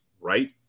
Right